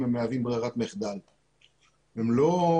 מצד הוועדה היה מגיע איזה שהוא מסר אל